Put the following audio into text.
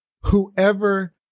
whoever